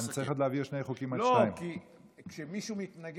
להעביר עוד שני חוקים עד השעה 14:00. כשמישהו מתנגד,